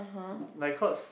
like cause